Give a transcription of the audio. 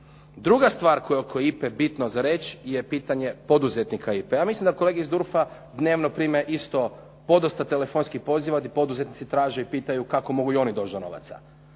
Druga stvar koju je oko IPA-e bitno za reći je pitanje poduzetnika IPA-e. Ja mislim da kolege iz DURF-a dnevno prime isto podosta telefonskih poziva gdje poduzetnici traže i pitaju kako mogu i oni doći do novaca,